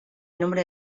nombre